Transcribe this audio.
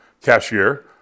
cashier